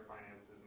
finances